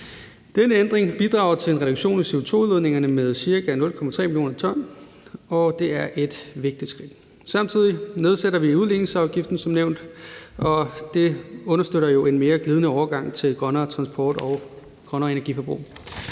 Den ændring bidrager til en reduktion af CO2-udledningerne med ca. 0,3 mio. t, og det er et vigtigt skridt. Samtidig nedsætter vi udligningsafgiften som nævnt, og det understøtter jo en mere glidende overgang til grønnere transport og grønnere energiforbrug.